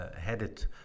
headed